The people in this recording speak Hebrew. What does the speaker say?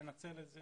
לנצל את זה